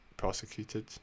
prosecuted